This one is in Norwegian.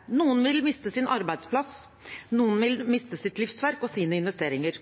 noen miste sine nære og kjære. Noen vil miste sin arbeidsplass. Noen vil miste sitt livsverk og sine investeringer.